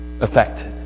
affected